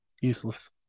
Useless